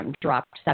dropped